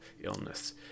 illness